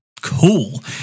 cool